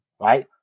Right